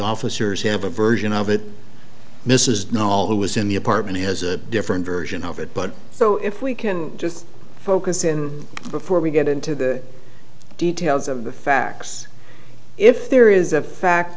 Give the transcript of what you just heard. officers have a version of it mrs no all who was in the apartment has a different version of it but so if we can just focus in before we get into the details of the facts if there is a fact